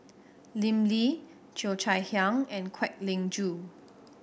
Lim Lee Cheo Chai Hiang and Kwek Leng Joo